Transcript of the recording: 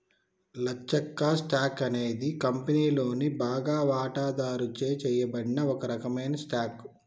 లచ్చక్క, stock అనేది కంపెనీలోని బాగా వాటాదారుచే చేయబడిన ఒక రకమైన స్టాక్